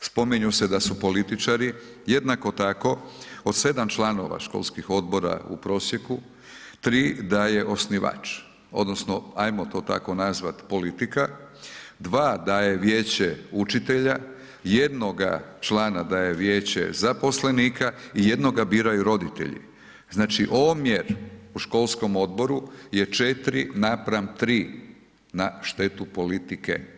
spominju se da su političari jednako tako od 7 članova školskih odbora u prosjeku, 3 da je osnivač odnosno ajmo to tako nazvat politika, 2 da je vijeće učitelja, jednoga člana da je vijeće zaposlenika i jednoga biraju roditelji, znači omjer u školskom odboru je 4:3 na štetu politike.